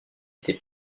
été